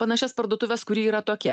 panašias parduotuves kuri yra tokia